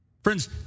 Friends